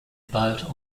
boat